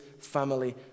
family